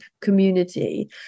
community